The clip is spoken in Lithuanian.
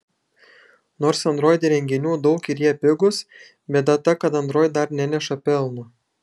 nors android įrenginių daug ir jie pigūs bėda ta kad android dar neneša pelno